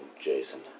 Jason